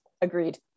Agreed